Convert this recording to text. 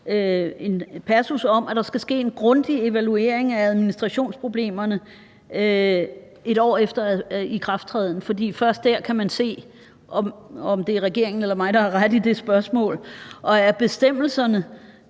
en passus om, at der skal ske en grundig evaluering af administrationsproblemerne 1 år efter ikrafttræden. For først der kan man se, om det er regeringen eller mig, der har ret i det spørgsmål. Er ministeren